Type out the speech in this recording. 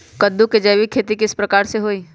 कददु के जैविक खेती किस प्रकार से होई?